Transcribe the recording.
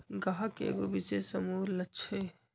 गाहक के एगो विशेष समूह लक्ष हई